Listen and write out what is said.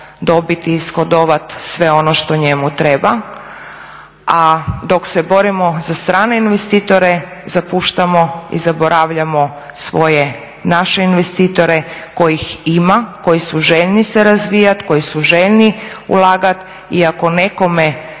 dobit i ishodovat sve ono što njemu treba. A dok se borimo za strane investitore zapuštamo i zaboravljamo svoje, naše investitore kojih ima, koji su željni se razvijat, koji su željni ulagat i ako nekome